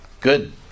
Good